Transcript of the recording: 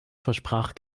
versprach